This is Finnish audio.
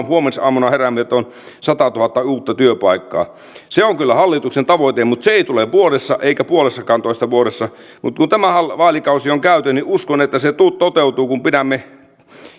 huomisaamuna heräämme ja on satatuhatta uutta työpaikkaa se on kyllä hallituksen tavoite mutta se ei tule vuodessa eikä puolessakaantoista vuodessa mutta kun tämä vaalikausi on käyty niin uskon että se toteutuu kun pidämme